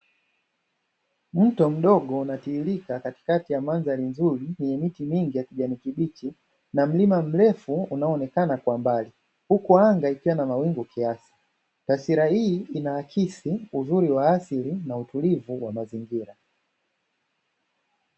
Mto mdogo unatiririka katikati ya mandhari nzuri, yenye miti mingi ya kijani kibichi, na mlima mrefu unaoonekana kwa mbali, huku anga ikiwa na mawingu kiasi. Taswira hii inaakisi uzuri wa asili na utulivu wa mazingira.